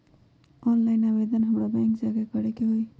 Online आवेदन हमरा bank जाके करे के होई?